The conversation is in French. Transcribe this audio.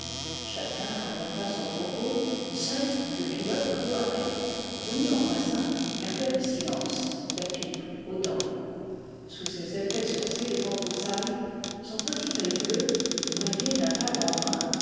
chacun raconta son propos seul le pilote cloarec venu en voisin gardait le silence la pipe aux dents sous ses épais sourcils en broussailles son petit œil bleu noyé d'un vague embrun